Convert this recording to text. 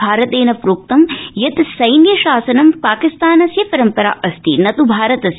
भारतेन प्रोक्तं यत् सैन्य शासनं पाकिस्तानस्य परम्परा अस्ति न त् भारतस्य